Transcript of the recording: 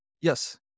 Yes